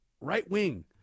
right-wing